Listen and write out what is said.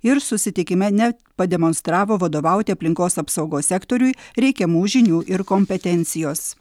ir susitikime nepademonstravo vadovauti aplinkos apsaugos sektoriui reikiamų žinių ir kompetencijos